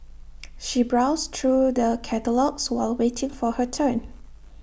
she browsed through the catalogues while waiting for her turn